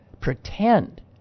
pretend